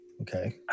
Okay